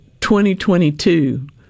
2022